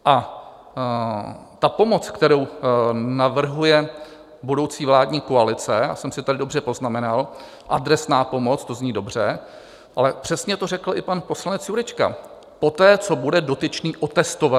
A ta pomoc, kterou navrhuje budoucí vládní koalice já jsem si tady dobře poznamenal adresná pomoc, to zní dobře, ale přesně to řekl i pan poslanec Jurečka: Poté, co bude dotyčný otestovaný.